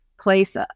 place